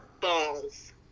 balls